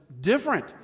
different